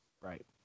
right